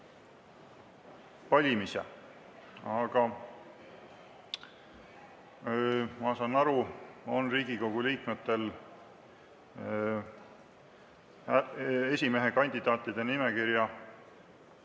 valimise, aga ma saan aru, et Riigikogu liikmetel on esimehekandidaatide nimekirja